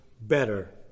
better